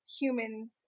humans